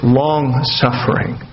long-suffering